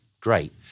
great